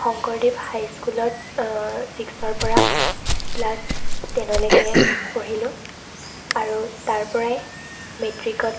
শংকৰদেৱ হাইস্কুলত চিক্সৰ পৰা ক্লাচ টেনলৈকে পঢ়িলোঁ আৰু তাৰপৰাই মেট্ৰিকত